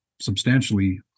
substantially